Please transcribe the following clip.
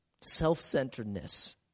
self-centeredness